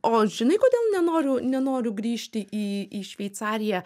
o žinai kodėl nenoriu nenoriu grįžti į į šveicariją